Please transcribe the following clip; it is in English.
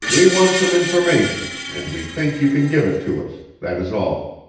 we want some information and we think you can give it to us that is all.